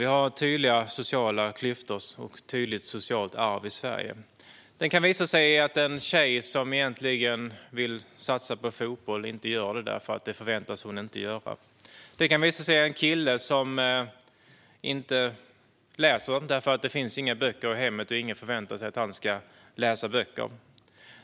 Vi har tydliga sociala klyftor och ett tydligt socialt arv i Sverige. Det kan visa sig i att en tjej som egentligen vill satsa på fotboll inte gör det därför att hon inte förväntas göra det. Det kan visa sig i en kille som inte läser, för det finns inga böcker i hemmet och ingen förväntar sig att han ska läsa böcker.